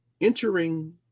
entering